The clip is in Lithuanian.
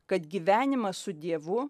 kad gyvenimas su dievu